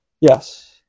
Yes